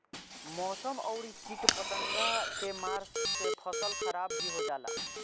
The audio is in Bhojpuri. मौसम अउरी किट पतंगा के मार से फसल खराब भी हो जाला